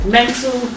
mental